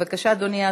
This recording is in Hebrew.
בבקשה, אדוני.